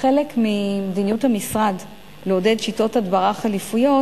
כחלק ממדיניות המשרד לעודד שיטות הדברה חלופיות,